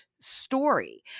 story